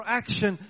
action